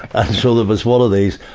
ah sort of was one of these,